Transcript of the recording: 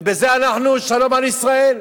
ובזה אנחנו, שלום על ישראל.